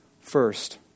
First